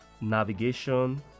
navigation